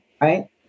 Right